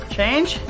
Change